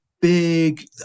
Big